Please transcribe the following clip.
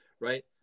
right